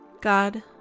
God